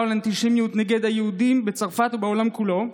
ולאנטישמיות נגד היהודים בצרפת ובעולם כולו.